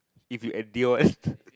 if you endure